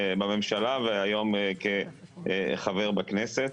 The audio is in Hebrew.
בממשלה והיום כחבר בכנסת.